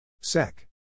Sec